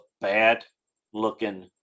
bad-looking